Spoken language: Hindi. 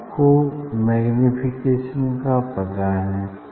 आपको मैग्निफिकेशन का पता है